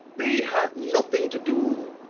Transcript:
they have nothing to do,